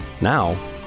Now